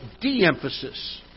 de-emphasis